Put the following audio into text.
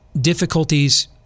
difficulties